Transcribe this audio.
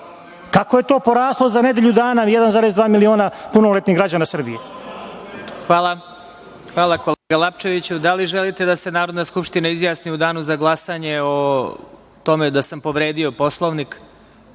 Kako je to poraslo za nedelju dana, 1,2 miliona punoletnih građana Srbije?